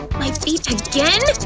my feet again!